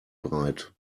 breit